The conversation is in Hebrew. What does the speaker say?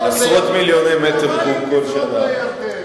עשרות מיליוני מטר קוב כל שנה.